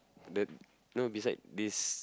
the you know besides this